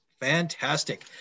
Fantastic